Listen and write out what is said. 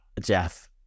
Jeff